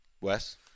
Wes